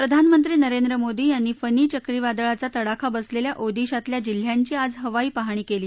प्रधानमंत्री नरेंद्र मोदी यांनी फानी चक्रीवादळाचा तडाखा बसलेल्या ओदिशातल्या जिल्ह्यांची आज हवाई पाहणी केली